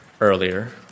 earlier